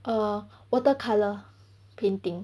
err water colour painting